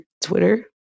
Twitter